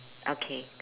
okay